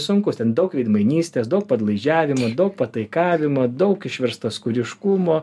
sunkus ten daug veidmainystės daug padlaižiavimo daug pataikavimo daug išverstaskūriškumo